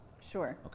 Sure